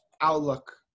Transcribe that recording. outlook